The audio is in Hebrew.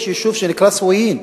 יש יישוב שנקרא סואוין,